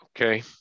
Okay